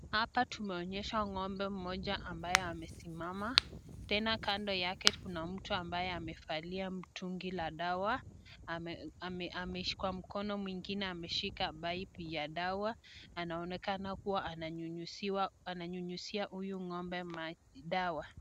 Hapa tumeonyeshwa ng'ombe mmoja ambae amesimama tena kando yake kuna mtu ambaye amevalia mtungi la dawa ameshika mkono mwingine ameshika baipu ya dawa anaonekana kuwa ananyunyuzia huyu ng'ombe dawa.